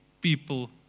people